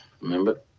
Remember